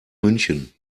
münchen